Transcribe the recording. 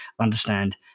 understand